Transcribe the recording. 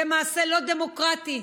זה מעשה לא דמוקרטי,